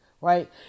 Right